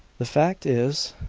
the fact is,